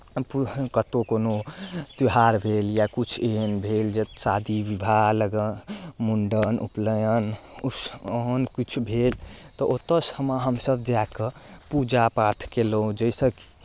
हम पु कतहु कोनो त्यौहार भेल या किछु एहन भेल जे शादी विवाह लगन मुण्डन उपनयन ओहन किछु भेल तऽ ओतय हमसभ जाए कऽ पूजा पाठ कयलहुँ जाहिसँ